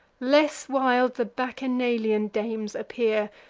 less wild the bacchanalian dames appear,